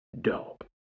dope